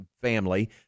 family